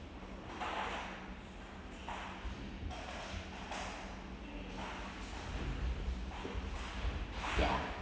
ya